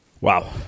Wow